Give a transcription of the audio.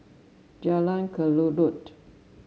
Jalan Kelulut